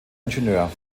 ingenieur